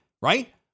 right